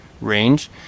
range